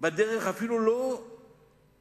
בדרך אפילו לא שפויה,